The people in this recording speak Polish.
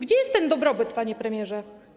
Gdzie jest ten dobrobyt, panie premierze?